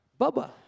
Bubba